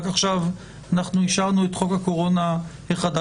רק עכשיו אישרנו את חוק הקורונה החדש,